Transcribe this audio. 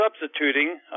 substituting